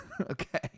Okay